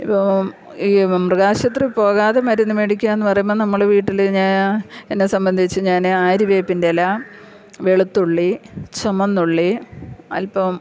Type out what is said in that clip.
ഇപ്പം ഈ മൃഗാശുപത്രി പോകാതെ മരുന്ന് മേടിക്കുക എന്നു പറയുമ്പോൾ നമ്മൾ വീട്ടിൽ എന്നെ സംബന്ധിച്ചു ഞാൻ ആര്യവേപ്പിൻ്റെ ഇല വെളുത്തുള്ളി ചുമന്നുള്ളി അൽപ്പം